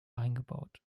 eingebaut